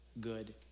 good